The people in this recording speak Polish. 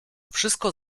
wszystko